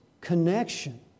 connection